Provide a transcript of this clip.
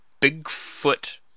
Bigfoot